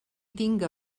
tinga